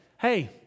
hey